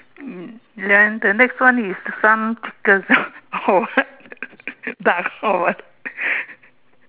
then the next one is some pictures of dust or what